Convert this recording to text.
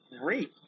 great